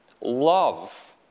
Love